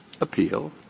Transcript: appeal